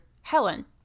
Helen